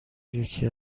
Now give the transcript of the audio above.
یکی